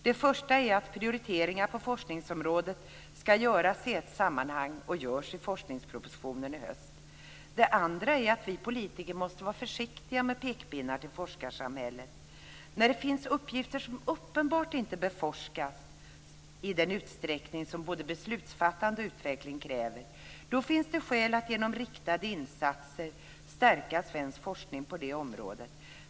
Det första är att prioriteringar på forskningsområdet ska göras i ett sammanhang och görs i forskningspropositionen i höst. Det andra är att vi politiker måste vara försiktiga med pekpinnar till forskarsamhället. När det finns uppgifter som man uppenbart inte forskar om i den utsträckning som både beslutsfattande och utveckling kräver finns det skäl att genom riktade insatser stärka svensk forskning på det området.